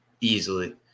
easily